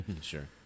sure